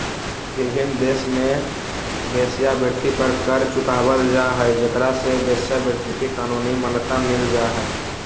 विभिन्न देश में वेश्यावृत्ति पर कर चुकावल जा हई जेकरा से वेश्यावृत्ति के कानूनी मान्यता मिल जा हई